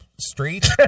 street